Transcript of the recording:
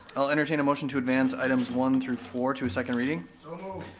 i'll entertain a motion to advance items one through four to a second reading. so